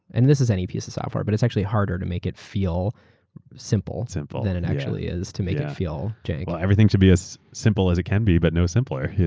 and this is any piece of software, but it's actually harder to make it feel simple simple than it actually is to make it feel. everything should be as simple as it can be, but no simpler.